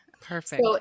Perfect